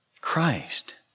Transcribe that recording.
Christ